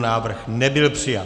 Návrh nebyl přijat.